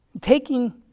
Taking